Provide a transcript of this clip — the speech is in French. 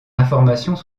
informations